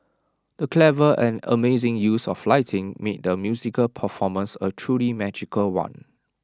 the clever and amazing use of lighting made the musical performance A truly magical one